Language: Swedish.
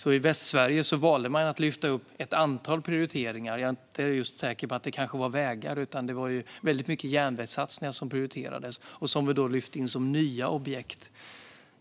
I Västsverige är jag inte säker på att det var vägar, utan det var väldigt mycket järnvägssatsningar som prioriterades och som vi lyfte in som nya objekt.